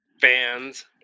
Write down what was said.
fans